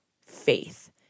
faith